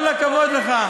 באיזה הקשר, כל הכבוד לך.